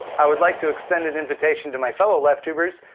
i would like to extend an invitation to my fellow lefttubers,